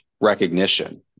recognition